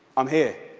i'm here.